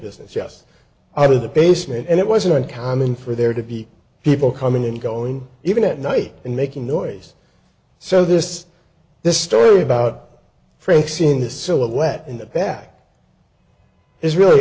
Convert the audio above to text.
business just over the basement and it wasn't uncommon for there to be people coming and going even at night and making noise so this this story about frank seeing the silhouette in the back is really